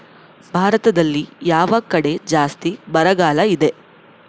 ಭಾರತದಲ್ಲಿ ಯಾವ ಕಡೆ ಜಾಸ್ತಿ ಬರಗಾಲ ಇದೆ?